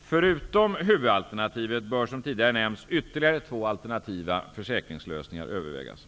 Förutom huvudalternativet bör som tidigare nämnts ytterligare två alternativa försäkringslösningar övervägas.